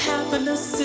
Happiness